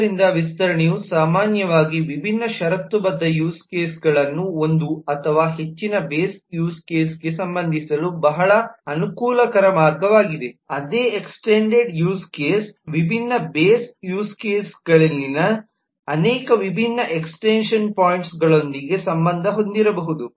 ಆದ್ದರಿಂದ ವಿಸ್ತರಣೆಯು ಸಾಮಾನ್ಯವಾಗಿ ವಿಭಿನ್ನ ಷರತ್ತುಬದ್ಧ ಯೂಸ್ ಕೇಸ್ಗಳನ್ನು ಒಂದು ಅಥವಾ ಹೆಚ್ಚಿನ ಬೇಸ್ ಯೂಸ್ ಕೇಸ್ ಗೆ ಸಂಬಂಧಿಸಲು ಬಹಳ ಅನುಕೂಲಕರ ಮಾರ್ಗವಾಗಿದೆಅದೇ ಎಕ್ಸ್ಟೆಂಡೆಡ್ ಯೂಸ್ ಕೇಸ್ ವಿಭಿನ್ನ ಬೇಸ್ ಯೂಸ್ ಕೇಸ್ ಗಳಲ್ಲಿನ ಅನೇಕ ವಿಭಿನ್ನ ಎಕ್ಸ್ಟೆನ್ಶನ್ ಪಾಯಿಂಟ್ ಗಳೊಂದಿಗೆ ಸಂಬಂಧ ಹೊಂದಿರಬಹುದು